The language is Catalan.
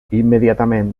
immediatament